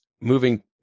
moving